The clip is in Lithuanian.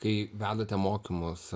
kai vedate mokymus